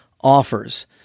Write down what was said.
offers